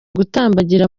gutambagira